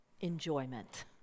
enjoyment